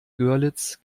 görlitz